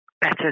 better